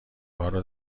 هارو